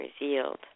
revealed